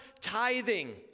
tithing